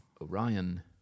Orion